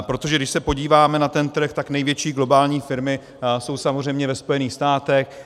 Protože když se podíváme na ten trh, tak největší globální firmy jsou samozřejmě ve Spojených státech.